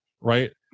right